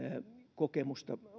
kokemusta